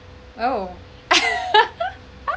oh